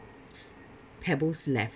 pebbles left